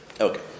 Okay